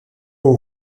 aux